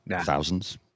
thousands